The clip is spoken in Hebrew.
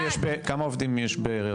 זה לא